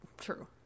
True